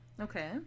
Okay